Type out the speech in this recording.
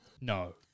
No